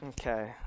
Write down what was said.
Okay